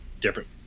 different